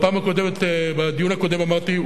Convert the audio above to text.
בדיון הקודם אמרתי,